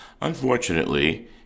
Unfortunately